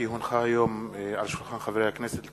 כי הונחה היום על שולחן הכנסת,